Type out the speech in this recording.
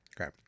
Okay